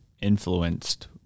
influenced